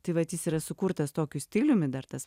tai vat jis yra sukurtas tokiu stiliumi dar tas